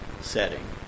setting